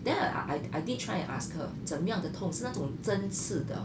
then I I I did try and ask her 怎么样的痛是那种针刺的:zen me yang de tong shina zhong zhen ci de